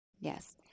Yes